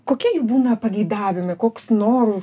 kokie jų būna pageidavimai koks norų